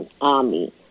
army